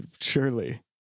Surely